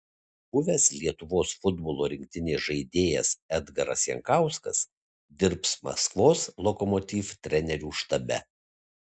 buvęs lietuvos futbolo rinktinės žaidėjas edgaras jankauskas dirbs maskvos lokomotiv trenerių štabe